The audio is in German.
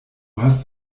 hast